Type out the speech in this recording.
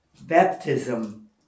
baptism